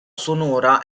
sonora